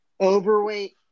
overweight